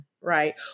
Right